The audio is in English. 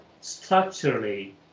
structurally